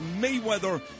Mayweather